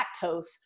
lactose